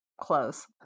Close